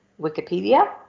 wikipedia